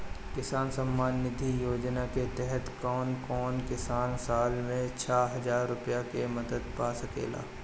किसान सम्मान निधि योजना के तहत कउन कउन किसान साल में छह हजार रूपया के मदद पा सकेला?